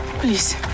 Please